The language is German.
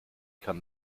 kann